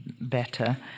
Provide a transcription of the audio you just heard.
better